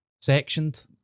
Sectioned